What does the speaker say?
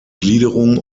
gliederung